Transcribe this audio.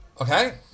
Okay